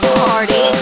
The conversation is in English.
party